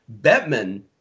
Bettman